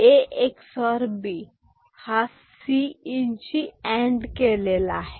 A XOR B हा Cin शी and केलेला आहे